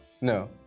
No